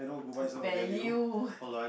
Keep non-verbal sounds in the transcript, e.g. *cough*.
*noise* value